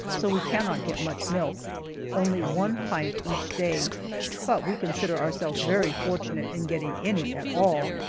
so we cannot get much milk only one pint each day but we consider ourselves very fortunate in getting any at all.